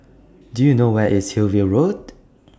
Do YOU know Where IS Hillview Road